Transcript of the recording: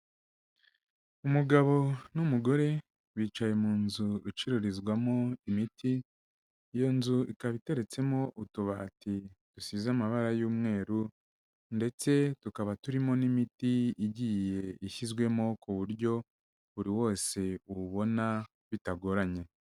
Umugabo n'umugore bicaye mu nzu icururizwamo imiti, iyo nzu ikaba iteretsemo utubati dusize amabara y'umweru ndetse tukaba turimo n'imiti igiye ishyizwemo ku buryo buri wose uwubona bitagoranye.